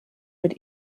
mit